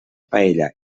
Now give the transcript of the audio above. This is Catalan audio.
paella